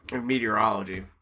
meteorology